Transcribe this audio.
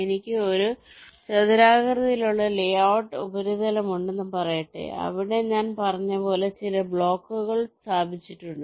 എനിക്ക് ഒരു ചതുരാകൃതിയിലുള്ള ലേഔട്ട് ഉപരിതലമുണ്ടെന്ന് പറയട്ടെ അവിടെ ഞാൻ ഇതുപോലെ ചില ബ്ലോക്കുകൾ സ്ഥാപിച്ചിട്ടുണ്ട്